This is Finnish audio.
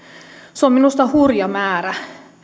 se on minusta hurja määrä